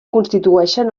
constitueixen